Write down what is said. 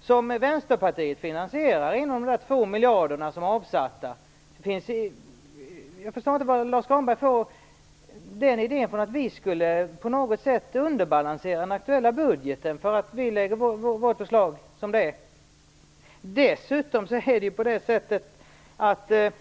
som Vänsterpartiet finansierar inom de 2 miljarder som är avsatta. Jag förstår inte varifrån Lars U Granberg får den idén att vi på något sätt skulle underbalansera den aktuella budgeten för att vi lägger vårt förslag som det är.